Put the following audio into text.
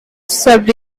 sub